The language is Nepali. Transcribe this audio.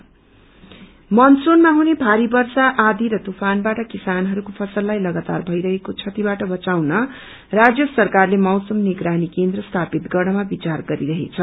वेदर प्लान्ट मानसूनमा हुने भारी वर्षा आँधी र तफफानबाट किसानहक्से फसललाई लागातार भईरहेको क्षतिबाट बचाउन राज्य सरकारले मौसम निगरानी केन्द्र स्थापित गर्नमा विचार गरिरहेछ